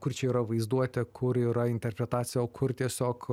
kur čia yra vaizduotė kur yra interpretacija o kur tiesiog